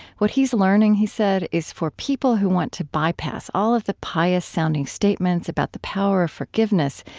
what he's learning, he said, is for people who want to bypass all of the pious-sounding statements about the power of forgiveness,